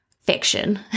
fiction